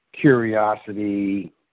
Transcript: curiosity